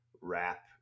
wrap